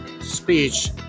speech